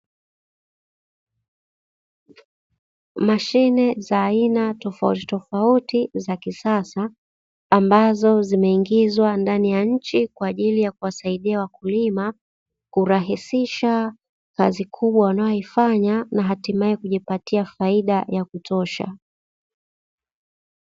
Mashine za aina tofauti tofauti za kisasa, ambazo zimeingizwa ndani ya nchi kwa ajili ya kuwasaidia wakulima, kurahisisha kazi kubwa wanayoifanya na hatimaye kujipatia faida ya kutosha.